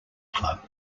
club